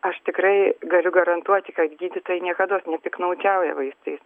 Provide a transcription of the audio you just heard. aš tikrai galiu garantuoti kad gydytojai niekados nepiktnaudžiauja vaistais